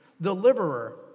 Deliverer